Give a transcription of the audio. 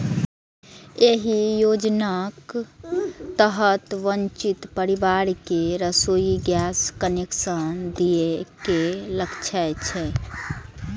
एहि योजनाक तहत वंचित परिवार कें रसोइ गैस कनेक्शन दए के लक्ष्य छै